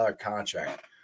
contract